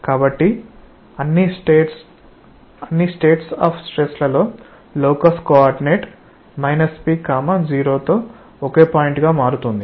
కాబట్టి అన్నిస్టేట్స్ of stress లలో లోకస్ కోఆర్డినేట్ p 0 తో ఒకే పాయింట్ గా మారుతుంది